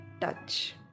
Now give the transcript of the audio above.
touch